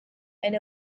and